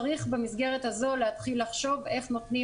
צריך במסגרת הזו להתחיל לחשוב איך נותנים